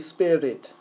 Spirit